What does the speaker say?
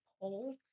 poll